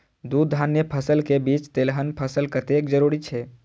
दू धान्य फसल के बीच तेलहन फसल कतेक जरूरी छे?